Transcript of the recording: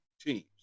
teams